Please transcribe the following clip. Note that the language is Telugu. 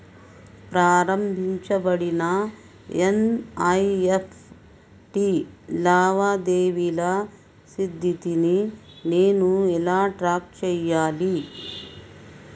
ప్రారంభించబడిన ఎన్.ఇ.ఎఫ్.టి లావాదేవీల స్థితిని నేను ఎలా ట్రాక్ చేయాలి?